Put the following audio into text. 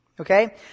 okay